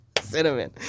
Cinnamon